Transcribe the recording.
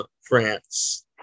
France